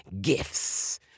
gifts